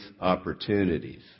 opportunities